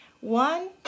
one